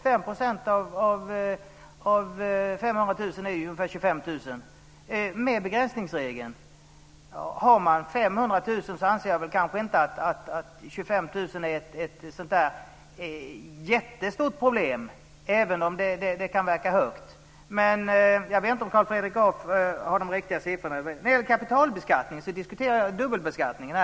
5 % av 500 000 är ungefär 25 000 kr. Har man 500 000 i inkomst anser jag inte att 25 000 kr är ett så jättestort problem, även om beloppet kan verka högt. Jag vet inte om Carl Fredrik Graf har de riktiga siffrorna. I fråga om kapitalbeskattning diskuterar jag dubbelbeskattning.